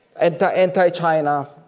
anti-China